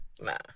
Nah